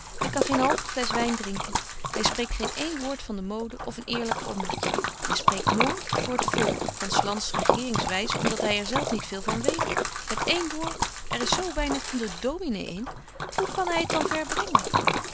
hy kan geen halve fles wyn drinken hy spreekt geen een woord van de mode of een eerlyk ombertje hy spreekt nooit voor t volk van s lands regeringwys om dat hy er zelf niet veel van weet met één woord er is zo weinig van de dominé in hoe kan hy het dan ver brengen